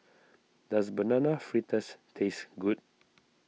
does Banana Fritters taste good